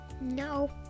No